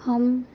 हम